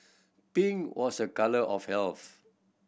pink was a colour of health